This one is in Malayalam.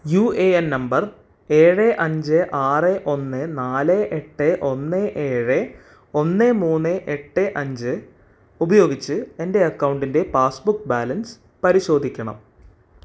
യു എ എൻ നമ്പർ ഏഴ് അഞ്ച് ആറ് ഒന്ന് നാല് എട്ട് ഒന്ന് ഏഴ് ഒന്ന് മൂന്ന് എട്ട് അഞ്ച് ഉപയോഗിച്ച് എൻ്റെ അക്കൗണ്ടിൻ്റെ പാസ്ബുക്ക് ബാലൻസ് പരിശോധിക്കണം